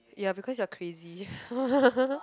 ya because you're crazy